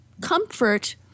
comfort